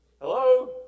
Hello